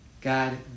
God